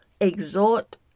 exhort